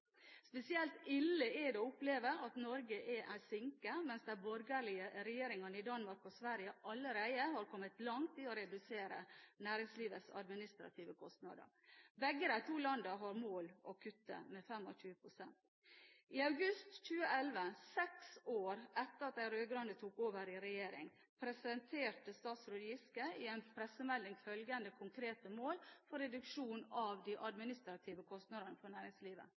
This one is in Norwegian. Spesielt ille er det å oppleve at Norge er en sinke, mens de borgerlige regjeringene i Danmark og Sverige allerede har kommet langt i å redusere næringslivets administrative kostnader. Begge landene har som mål å kutte med 25 pst. I august 2011 – seks år etter at de rød-grønne tok over i regjering – presenterte statsråd Giske i en pressemelding følgende konkrete mål for reduksjon av de administrative kostnadene for næringslivet: